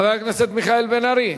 חבר הכנסת מיכאל בן-ארי.